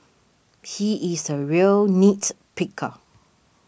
he is a real nits picker